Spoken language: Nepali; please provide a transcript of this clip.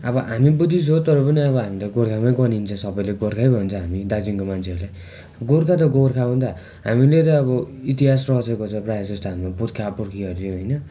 अब हामी बुद्धिस्ट हो तर पनि अब हामी त गोर्खामा गनिन्छ सबैले गोर्खै भन्छ हामी दार्जिलिङको मान्छेहरूलाई गोर्खा त गोर्खा हो नि त हामीले त अब इतिहास रचेको छ प्रायः जस्तो हाम्रो पुर्खा पुर्खाहरूले होइन